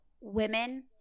women